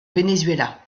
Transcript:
venezuela